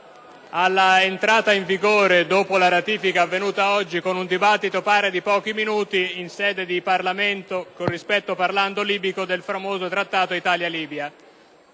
all’entrata in vigore, dopo la ratifica odierna, avvenuta sulla base di un dibattito durato pochi minuti in sede di Parlamento (con rispetto parlando) libico, del famoso Trattato Italia-Libia.